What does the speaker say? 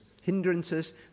Hindrances